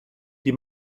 die